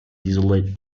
desolate